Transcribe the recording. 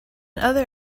other